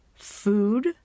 food